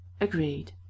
Agreed